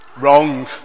Wrong